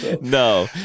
No